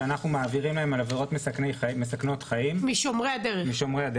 שאנחנו מעבירים להם על עבירות מסכנות חיים משומרי הדרך,